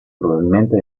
probabilmente